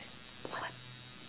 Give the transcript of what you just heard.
what